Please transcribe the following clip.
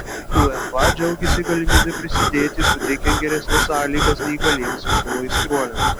uefa džiaugiasi galimybe prisidėti suteikiant geresnes sąlygas neįgaliems futbolo aistruoliams